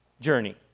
journey